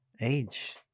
age